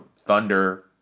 Thunder